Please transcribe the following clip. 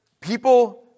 people